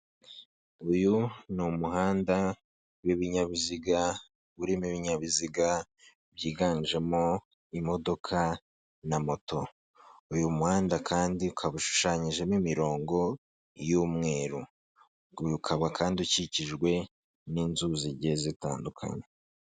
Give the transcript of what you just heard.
Uyu ni umuhanda w'ibinyabiziga, urimo ibinyabiziga, byiganjemo imodoka, na moto. Uyu muhanda kandi, ukaba ushushanyijemo imirongo y'umweru. Ukaba kandi ukikijwe n'inzu zigiye zitandukanye.